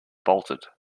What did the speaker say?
bolted